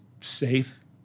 safe